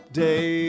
day